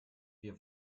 wir